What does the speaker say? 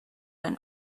than